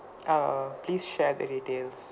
err please share the details